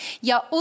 Ja